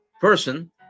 person